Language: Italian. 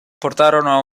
portarono